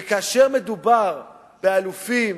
וכאשר מדובר באלופים,